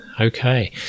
Okay